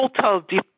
total